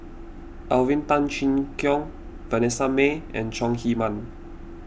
Alvin Tan Cheong Kheng Vanessa Mae and Chong Heman